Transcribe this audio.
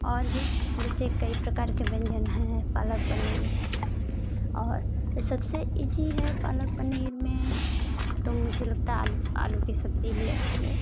और भी जैसे कई प्रकार के व्यंजन हैं पालक पनीर है और तो सबसे इजी है पालक पनीर में तो मुझे लगता है आलू आलू कि सब्जी ही अच्छी है